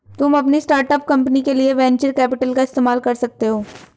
तुम अपनी startup company के लिए वेन्चर कैपिटल का इस्तेमाल कर सकते हो